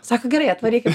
sako gerai atvarykit